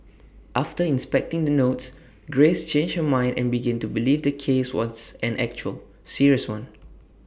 after inspecting the notes grace changed her mind and began to believe the case was an actual serious one